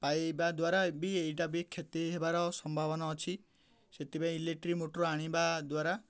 ପାଇବା ଦ୍ୱାରା ବି ଏଇଟା ବି କ୍ଷତି ହେବାର ସମ୍ଭାବନା ଅଛି ସେଥିପାଇଁ ଇଲେକ୍ଟ୍ରି ମୋଟର ଆଣିବା ଦ୍ୱାରା